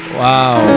wow